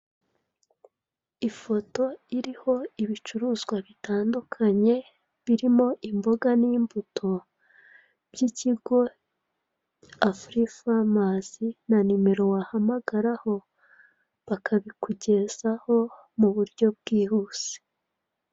Ifoto iriho ibicuruzwa bitandukanye biriho imboga na imbuto by'ikigo "Afri-farmers" na nimero wahamagaraho bakabikugezaho mu buryo bwihuse.